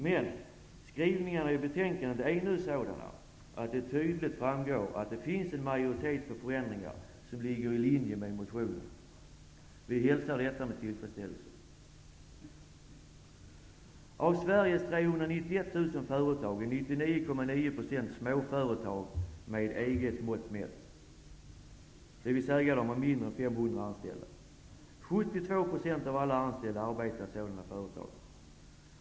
Men skrivningarna i betänkandet är sådana att det tydligt framgår att det finns en majoritet för förändringar som ligger i linje med motionen. Vi hälsar detta med tillfredsställelse. Av Sveriges 391 000 företag är 99,9 % småföretag med EG:s mått mätt, dvs. de har mindre än 500 anställda. 72 % av alla anställda arbetar i sådana företag.